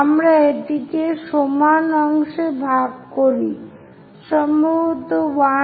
আমরা এটিকে সমান অংশে ভাগ করি সম্ভবত 1 2 3 4